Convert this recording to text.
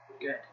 Good